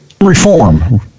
Reform